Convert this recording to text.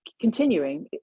continuing